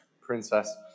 princess